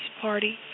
party